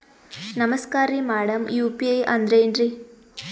ನಮಸ್ಕಾರ್ರಿ madam UPI ಅಂದ್ರೆನ್ರಿ?